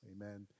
Amen